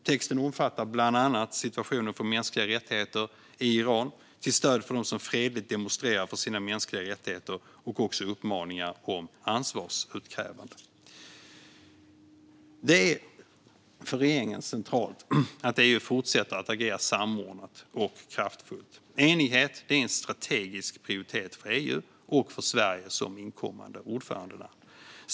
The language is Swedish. Texten omfattar bland annat situationen för mänskliga rättigheter i Iran till stöd för dem som fredligt demonstrerar för sina mänskliga rättigheter och också uppmaningar om ansvarsutkrävande. Det är centralt för regeringen att EU fortsätter att agera samordnat och kraftfullt. Enighet är en strategisk prioritet för EU och för Sverige som inkommande ordförandeland.